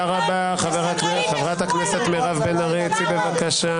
מירב בן ארי, צאי בבקשה.